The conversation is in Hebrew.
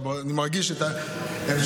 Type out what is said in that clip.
ואני מרגיש את ההמשך,